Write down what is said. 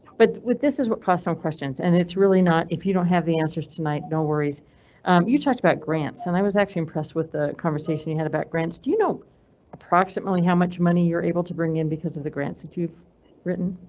but with this is what cost some questions an and it's really not if you don't have the answers tonight no worries you talked about grants and i was actually impressed with the conversation we had about grants. do you know approximately how much money you're able to bring in because of the grants that you've written,